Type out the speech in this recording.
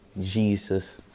Jesus